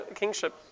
kingship